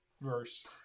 verse